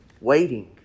waiting